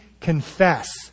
confess